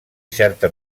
certa